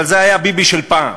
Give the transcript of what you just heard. אבל זה היה ביבי של פעם.